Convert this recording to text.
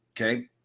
okay